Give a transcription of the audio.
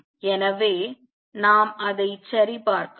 எனவே நாம் அதை சரிபார்க்கலாம்